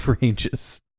ranges